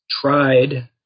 tried